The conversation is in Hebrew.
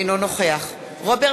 אינו נוכח רוברט